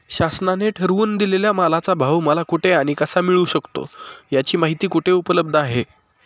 शासनाने ठरवून दिलेल्या मालाचा भाव मला कुठे आणि कसा मिळू शकतो? याची माहिती कुठे उपलब्ध आहे?